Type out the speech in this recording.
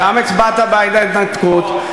גם הצבעת בעד ההתנתקות,